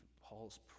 Paul's